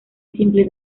simple